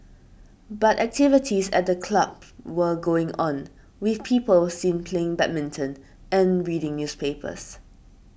but activities at the club were going on with people seen playing badminton and reading newspapers